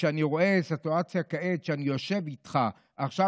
כשאני רואה סיטואציה כעת שאני יושב איתך עכשיו,